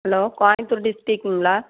hello Coimbatore டிஸ்டிக்குங்ளா